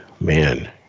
man